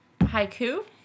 Haiku